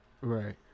Right